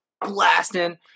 blasting